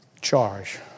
charge